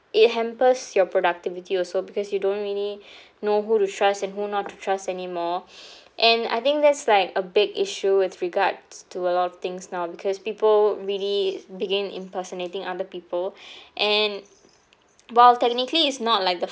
it hampers your productivity also because you don't really know who to trust and who not to trust anymore and I think that's like a big issue with regards to a lot of things now because people really begin impersonating other people and while technically it's not like the